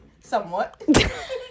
Somewhat